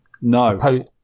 No